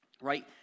right